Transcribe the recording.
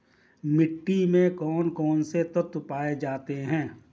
मिट्टी में कौन कौन से तत्व पाए जाते हैं?